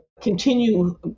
continue